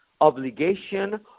obligation